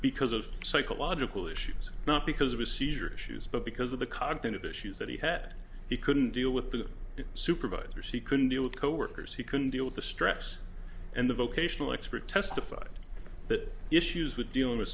because of psychological issues not because of a seizure issues but because of the cognitive issues that he had he couldn't deal with the supervisors he couldn't deal with coworkers he couldn't deal with the stress and the vocational expert testified that issues with dealing with